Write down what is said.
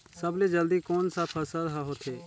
सबले जल्दी कोन सा फसल ह होथे?